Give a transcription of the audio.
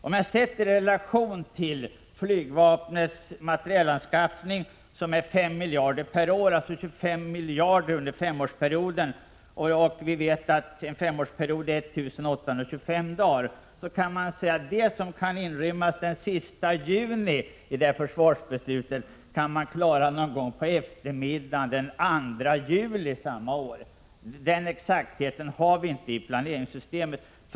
Om man sätter denna kostnad i relation till flygvapnets materielanskaffningskostnader, som är 5 miljarder per år, dvs. 25 miljarder under femårsperioden, vilken omfattar 1 825 dagar, kan man säga att det som kan inrymmas i försvarsbeslutet den sista juni kan klaras av någon gång på eftermiddagen den 2 juli samma år. En sådan exakthet har vi inte i planeringssystemet.